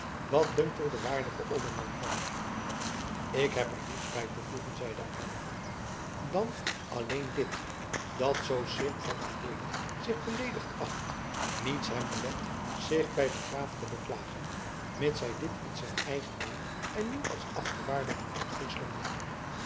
wat dunkt er den waardigen olderman van ik heb er niets bij te voegen zeide aylva dan alleen dit dat zoo seerp van adeelen zich beleedigd acht niets hem belet zich bij den graaf te beklagen mits hij dit in zijn eigen naam en niet als afgevaardigde van friesland doe